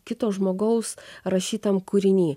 kito žmogaus rašytam kūriny